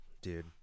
Dude